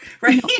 Right